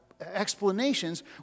explanations